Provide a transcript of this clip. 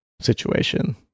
situation